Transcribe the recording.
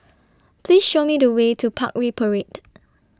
Please Show Me The Way to Parkway Parade